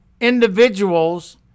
individuals